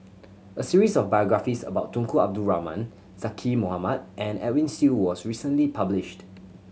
a series of biographies about Tunku Abdul Rahman Zaqy Mohamad and Edwin Siew was recently published